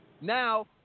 now